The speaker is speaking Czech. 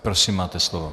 Prosím, máte slovo.